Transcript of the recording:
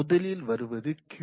முதலில் வருவது Q